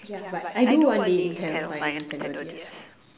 yeah but I do one day intend on buying a Nintendo-D_S